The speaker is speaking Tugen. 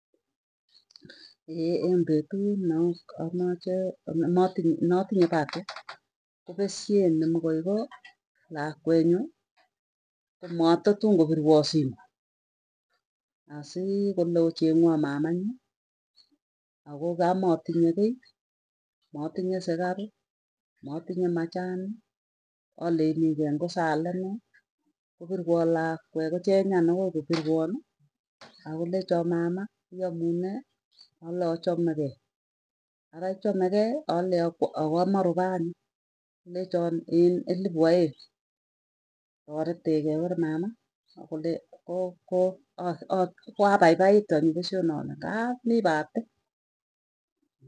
eng petu na amache natinye pahati kopesyet ne mokoi ko, nyuu kopirwoo simuu akole ochengwaa mamanyu, ako kamatinye kiiy matinye sikaru matinye machani, aleinikei ngo saale nee kopirwoo lakwe kochengan akoi kopirwoni, akolechoo mama iamunee aleei achamekei. Ara ichomekei alei ako amo rupaa anyun kolechon en elipu aeng taretekei weere mama akole ko apaipaitu anyun pesyoo noe ale ngaa mii pati.